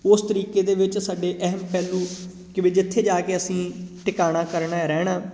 ਉਸ ਤਰੀਕੇ ਦੇ ਵਿੱਚ ਸਾਡੇ ਅਹਿਮ ਪਹਿਲੂ ਕਿ ਵੀ ਜਿੱਥੇ ਜਾ ਕੇ ਅਸੀਂ ਟਿਕਾਣਾ ਕਰਨਾ ਰਹਿਣਾ